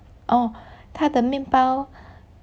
哦他的面包